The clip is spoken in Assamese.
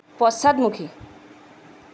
পশ্চাদমুখী